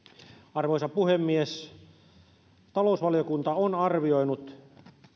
arvoisa puhemies talousvaliokunta on arvioinut